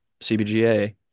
CBGA